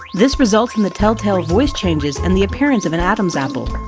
this results in the tell-tale voice changes and the appearance of an adam's apple.